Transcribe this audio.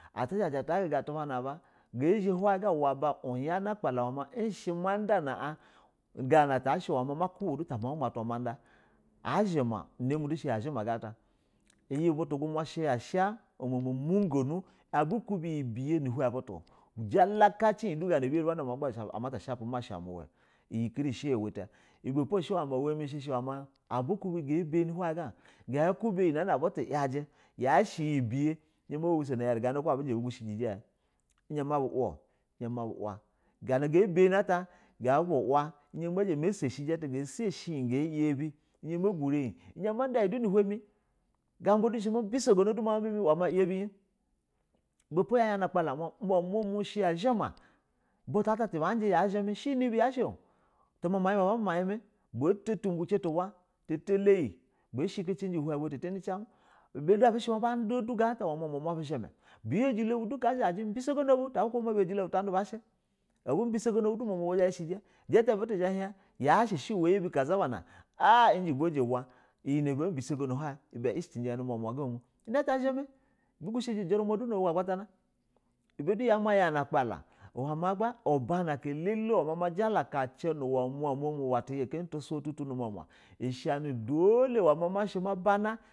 Ata zhaji ata guga atu ban a a ba uyani akpala ma ishi ma ku ba gana tum au ma athla ada, azhu ma ina mi du shy a zhu ma gana ata iyi butu gumu i she ya sha umomigonu abu kubi lyi biye nu uhe butu jalaka ci in ilu ma shapi in ama ta shapi ma sha muwe. I yi kari shi iyi uhle ta abu kubi uhla mi kari yashi ta abu kubi ga bani hani gag a barii ga kuba iyyi bye izha ma hotono ma hin iyari gana na ku abu gushi ji inji izha ma bu hla, izha ma bu hla, aka nag a bani ata gabu hla izha ma sashi iyi beye ata aka nag a sahe izha ma gura izha ma du lu ilu nu hen me gamba du ishe ma bi so gono mau mi ma ya bi in. ibe po yama yana na a kpala umuma mu shi ya zhima tu baji in she ne be yashe tumama ima yashe to tumuci tub aula ta talayi bashi ki ciji uhen ba ta tani ci ibe ilu a bush ba bani du ma umami bu uzhime biyajilo bu do zha ji bias gono bu du ta yashe buyojilo bu butadu bas hi. Abu bi sagani bu du bizha ba kuba ma uma ma ba zha ya ishiji ijita butu zha bah in a ya shie uwe yibi kaza bana iji ugula jib a i yin a ba bisogono hawn ibe ishiji ummina gomu bi gushi eji u juruma du na alugo amatana ibe yama ya na a kpala ma ma jala ka kin a tiya na tu saw nu mauma tule tu su nu ma uma shani dola ishi ma bana.